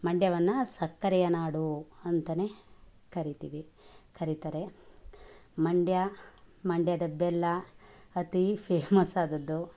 ಮಂಡ್ಯವನ್ನ ಸಕ್ಕರೆಯ ನಾಡು ಅಂತಲೇ ಕರಿತೀವಿ ಕರಿತಾರೆ ಮಂಡ್ಯ ಮಂಡ್ಯದ ಬೆಲ್ಲ ಅತಿ ಫೇಮಸ್ ಆದದ್ದು